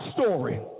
story